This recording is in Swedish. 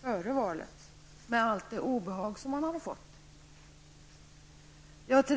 före valet, med allt det obehag som det har medfört.''